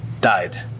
died